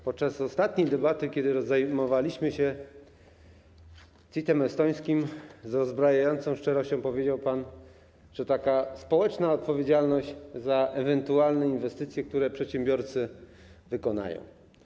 Podczas ostatniej debaty, kiedy zajmowaliśmy się CIT-em estońskim, z rozbrajającą szczerością powiedział pan, że taka społeczna odpowiedzialność za ewentualne inwestycje, które przedsiębiorcy wykonają.